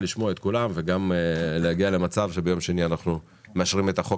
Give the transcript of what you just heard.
לשמוע את כולם וגם להגיע למצב שביום שני אנחנו מאשרים את החוק